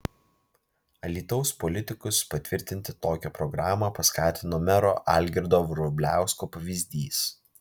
alytaus politikus patvirtinti tokią programą paskatino mero algirdo vrubliausko pavyzdys